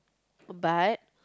but